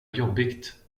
jobbigt